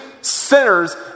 sinners